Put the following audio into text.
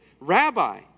Rabbi